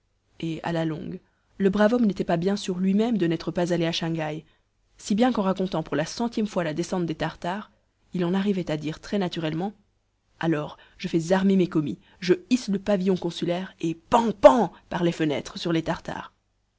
et à la longue le brave homme n'était pas bien sûr lui même de n'être pas allé à shang haï si bien qu'en racontant pour la centième fois la descente des tartares il en arrivait à dire très naturellement alors je fais armer mes commis je hisse le pavillon consulaire et pan pan par les fenêtres sur les tartares